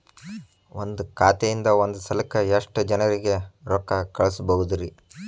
ಒಂದ್ ಖಾತೆಯಿಂದ, ಒಂದ್ ಸಲಕ್ಕ ಎಷ್ಟ ಜನರಿಗೆ ರೊಕ್ಕ ಕಳಸಬಹುದ್ರಿ?